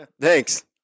Thanks